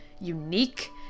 unique